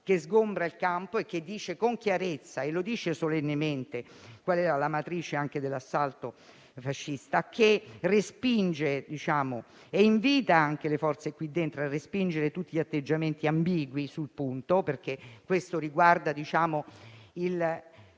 che sgombra il campo e che dice con chiarezza e solennemente qual era la matrice dell'assalto fascista, che respinge e invita anche le forze qui presenti a respingere tutti gli atteggiamenti ambigui sul punto, perché questo riguarda il